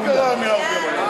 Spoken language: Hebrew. מה קרה, מיהרתם היום?